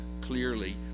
clearly